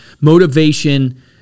Motivation